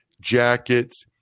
jackets